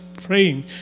praying